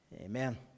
Amen